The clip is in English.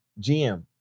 GM